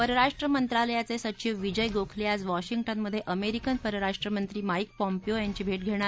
परराष्ट्र मंत्रालयाचे सचिव विजय गोखले आज वॉशिंग्टनमध्ये अमेरिकन परराष्ट्रमंत्री माईक पॉम्पियो यांची भेट धेणार